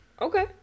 Okay